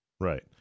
Right